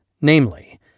Namely